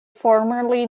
formerly